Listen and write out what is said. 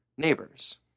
neighbors